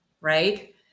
right